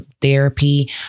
therapy